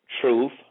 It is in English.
truth